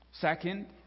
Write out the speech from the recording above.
Second